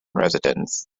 residents